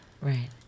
right